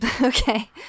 Okay